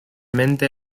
mente